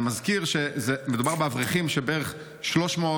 אני מזכיר שמדובר באברכים שהיו 250 300